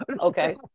Okay